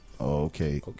Okay